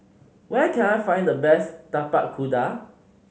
where can I find the best Tapak Kuda